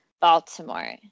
Baltimore